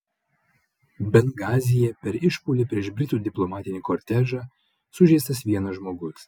bengazyje per išpuolį prieš britų diplomatinį kortežą sužeistas vienas žmogus